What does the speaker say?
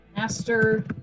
Master